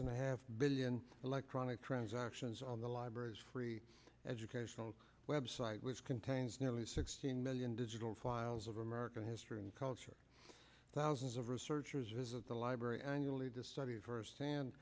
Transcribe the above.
and i have billion electronic transactions on the library's free educational website which contains nearly sixteen million digital files of american history and culture thousands of researchers is of the library annually to study firsthand